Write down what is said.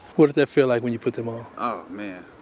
what did that feel like when you put them on? oh man,